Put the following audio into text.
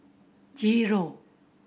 zero